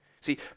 See